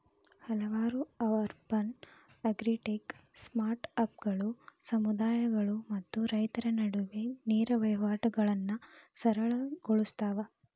ಹಲವಾರು urban agritech ಸ್ಟಾರ್ಟ್ಅಪ್ಗಳು ಸಮುದಾಯಗಳು ಮತ್ತು ರೈತರ ನಡುವೆ ನೇರ ವಹಿವಾಟುಗಳನ್ನಾ ಸರಳ ಗೊಳ್ಸತಾವ